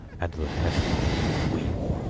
and the heavens weep.